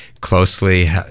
closely